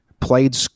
played